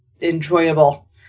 enjoyable